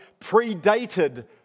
predated